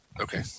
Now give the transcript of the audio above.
Okay